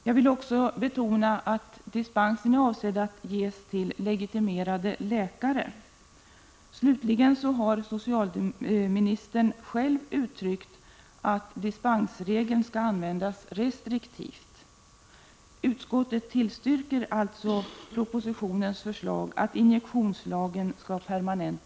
Jag vill också betona att dispensen är avsedd att ges till legitimerade läkare. Slutligen har socialministern själv uttalat att dispensregeln skall användas restriktivt.